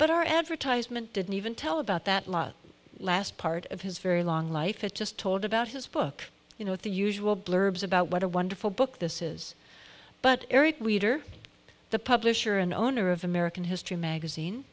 but our advertisement didn't even tell about that law last part of his very long life it just told about his book you know the usual blurbs about what a wonderful book this is but the publisher and owner of american history magazine